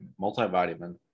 multivitamin